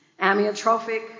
amyotrophic